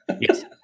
Yes